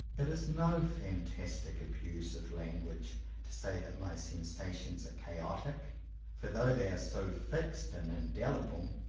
it is no fantastic abuse of language to say that my sensations are chaotic for though they are so fixed and indelible,